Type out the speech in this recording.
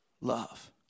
love